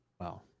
Wow